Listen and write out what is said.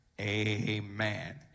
Amen